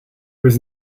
was